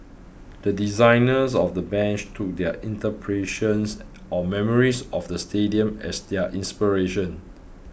the designers of the bench took their interpretations or memories of the stadium as their inspiration